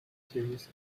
series